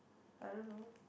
I don't know